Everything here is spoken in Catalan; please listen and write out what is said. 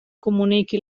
comuniqui